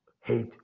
hate